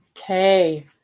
Okay